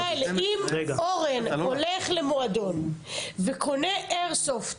רגע, ישראל, אם אורן הולך למועדון וקונה איירסופט